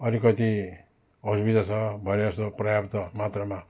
अलिकति असुविधा छ भने जस्तो पर्याप्त मात्रामा